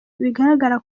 bigaragara